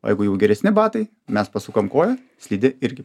o jeigu jau geresni batai mes pasukom koją slidė irgi